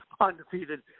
undefeated